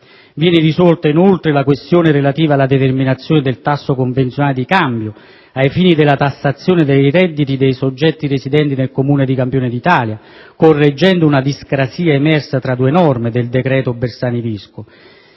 Viene risolta, inoltre, la questione relativa alla determinazione del tasso convenzionato di cambio, ai fini della tassazione dei redditi dei soggetti residenti nel Comune di Campione d'Italia, correggendo una discrasia emersa tra due norme del decreto Bersani-Visco.